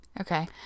Okay